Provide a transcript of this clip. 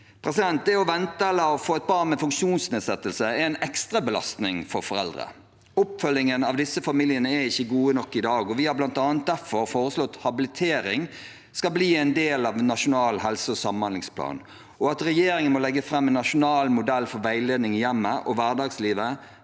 år eller to. Det å vente eller å få et barn med funksjonsnedsettelse er en ekstra belastning for foreldre. Oppfølgingen av disse familiene er ikke god nok i dag, og vi har bl.a. derfor foreslått at habilitering skal bli en del av en nasjonal helse- og samhandlingsplan, og at regjeringen må legge fram en nasjonal modell for veiledning i hjemmet og hverdagslivet